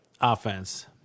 offense